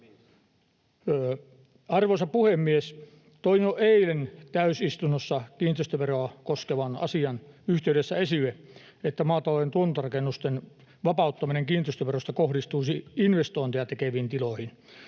Arvoisa puhemies! Toin jo eilen täysistunnossa kiinteistöveroa koskevan asian yhteydessä esille, että maatalouden tuotantorakennusten vapauttaminen kiinteistöverosta kohdistuisi investointeja tekeviin tiloihin.